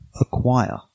Acquire